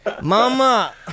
mama